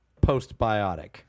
postbiotic